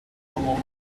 moment